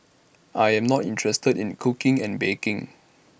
I am not interested in cooking and baking